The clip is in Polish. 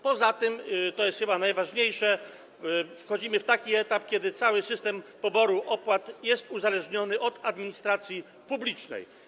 Poza tym - to jest chyba najważniejsze - wchodzimy na taki etap, kiedy cały system poboru opłat jest uzależniony od administracji publicznej.